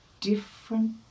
different